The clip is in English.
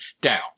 down